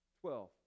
Twelve